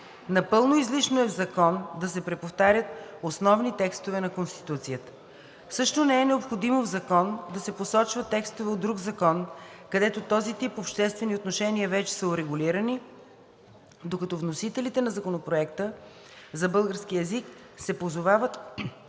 Напълно излишно е в закон да се преповтарят основни текстове на Конституцията. Също не е необходимо в закон да се посочват текстове от друг закон, където този тип обществени отношения вече са урегулирани, докато вносителите на Законопроекта за българския език се позовават